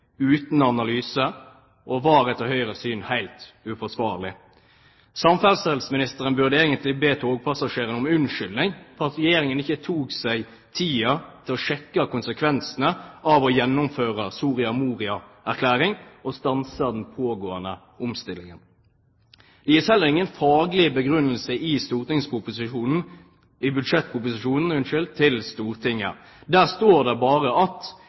uten analyse og var, etter Høyres syn, helt uforsvarlig. Samferdselsministeren burde egentlig be togpassasjerene om unnskyldning for at Regjeringen ikke tok seg tid til å sjekke konsekvensene av å gjennomføre Soria Moria-erklæringen og stanse den pågående omstillingen. Det gis ingen faglig begrunnelse i budsjettproposisjonen til Stortinget. Der står det bare: «Regjeringen mener at